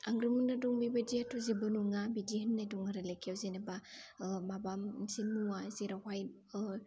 आंग्रोमोनदा दं बिदिआथ' जेबो नङा बिदि होननाय दं आरो लेखायाव जेनोबा माबा मोनसे मुवा जेरावहाय